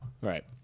Right